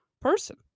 person